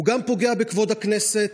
הוא גם פוגע בכבוד הכנסת,